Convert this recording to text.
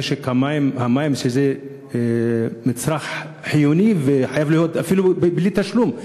המים זה מצרך חיוני, שחייב להיות אפילו בלי תשלום.